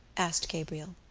asked gabriel.